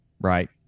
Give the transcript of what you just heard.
Right